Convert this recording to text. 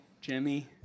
jimmy